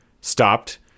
stopped